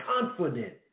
confident